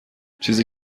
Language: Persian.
چیزی